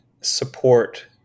support